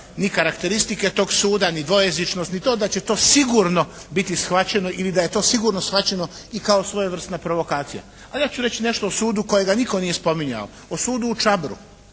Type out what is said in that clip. ni karakteristike tog suda, ni dvojezičnost ni to da će to sigurno biti shvaćeno ili da je to sigurno shvaćeno i kao svojevrsna provokacija. A ja ću nešto reći o sudu kojega nitko nije spominjao. O sudu u Čabru.